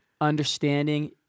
understanding